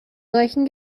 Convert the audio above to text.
solchen